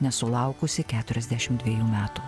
nesulaukusi keturiasdešimt dvejų metų